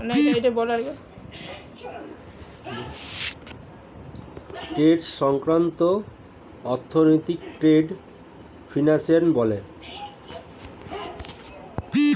trade সংক্রান্ত অর্থনীতিকে trade finance বলে